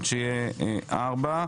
שלוש.